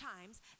times